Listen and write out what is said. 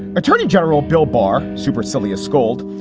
attorney general bill barr, supercilious scold,